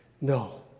No